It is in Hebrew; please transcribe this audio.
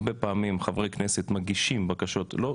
הרבה פעמים חברי כנסת מגישים בקשות לא